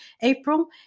April